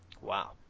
Wow